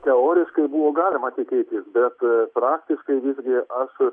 teoriškai buvo galima tikėtis bet praktiškai vis gi aš